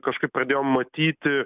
kažkaip pradėjom matyti